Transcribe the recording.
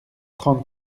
trente